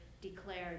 declared